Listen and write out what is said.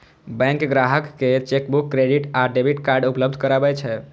bank ग्राहक कें chequebook, credit आ डेबिट कार्ड उपलब्ध करबै छै